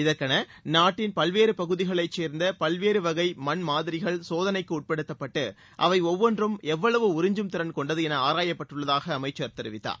இதற்கௌ நாட்டின் பல்வேறு பகுதிகளைச் சேர்ந்த பல்வேறு வகை மண் மாதிரிகள் சோதனைக்கு உட்படுத்தப்பட்டு அவை ஒவ்வொன்றும் எவ்வளவு உறிஞ்சும் திறன் கொண்டது என ஆராயப்பட்டுள்ளதாக அமைச்சர் தெரிவித்தார்